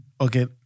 okay